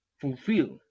fulfill